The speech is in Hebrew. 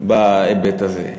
בהיבט הזה.